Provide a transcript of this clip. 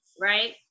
Right